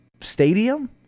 stadium